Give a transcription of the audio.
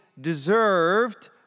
deserved